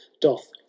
doth